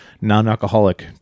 non-alcoholic